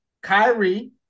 Kyrie